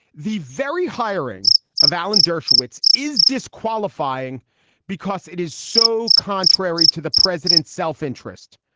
the very hiring of alan dershowitz is disqualifying because it is so contrary to the president's self-interest.